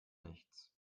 nichts